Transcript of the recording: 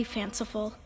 fanciful